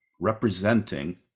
representing